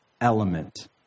element